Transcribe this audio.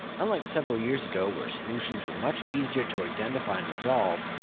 unlike several years ago where solutions were much easier to identify and resolve,